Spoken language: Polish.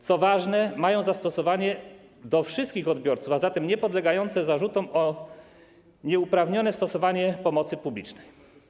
Co ważne, mają one zastosowanie do wszystkich odbiorców, a zatem nie podlegają zarzutom o nieuprawnione stosowanie pomocy publicznej.